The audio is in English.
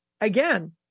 again